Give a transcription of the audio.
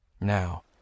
Now